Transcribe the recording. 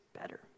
better